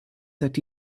that